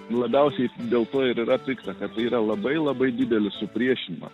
labiausiai dėl to ir yra pikta kad tai yra labai labai didelį supriešinimą